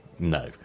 No